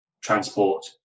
transport